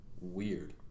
weird